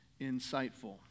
insightful